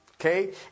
Okay